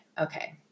okay